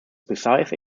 precise